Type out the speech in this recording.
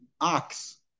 ox